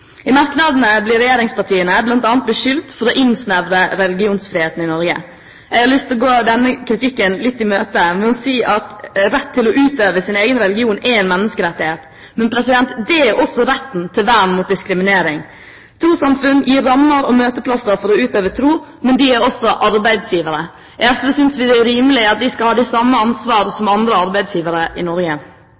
I merknadene blir regjeringspartiene bl.a. beskyldt for å innsnevre religionsfriheten i Norge. Jeg har lyst til å gå denne kritikken litt i møte med å si at rett til å utøve sin egen religion er en menneskerettighet, men det er også retten til vern mot diskriminering. Trossamfunn gir rammer og møteplasser for å utøve tro, men de er også arbeidsgivere. I SV synes vi det er rimelig at de skal ha det samme ansvaret som andre arbeidsgivere i Norge.